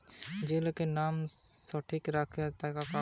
যে লোকের নাম স্টক রাখে তার কাগজ